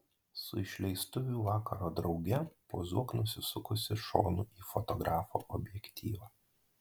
su išleistuvių vakaro drauge pozuok nusisukusi šonu į fotografo objektyvą